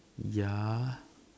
ya